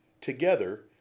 Together